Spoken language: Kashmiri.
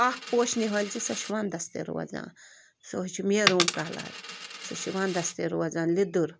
اَکھ پوشہٕ نِہٲلۍ چھِ سۅ چھِ یِوان ونٛدس تہِ روزان سُہ حظ چھِ میٚروٗم کلر سۅ چھِ ونٛدس تہِ روزن لیٚدُر